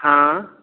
हाँ